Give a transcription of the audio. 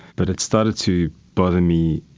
but it started to bother me,